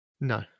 No